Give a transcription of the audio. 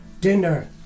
dinner